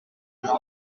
aussi